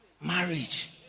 marriage